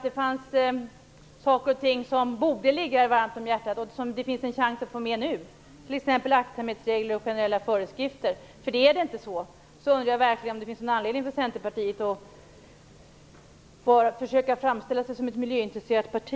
Det finns vissa delar som borde ligga er varmt om hjärtat och som det finns en chans att få med - t.ex. aktsamhetsregler och generella föreskrifter. Om det inte är så undrar jag verkligen om det finns någon anledning för Centerpartiet att försöka framställa sig som ett miljöintresserat parti.